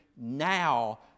now